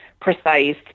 precise